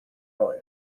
neu